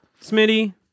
Smitty